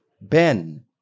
Ben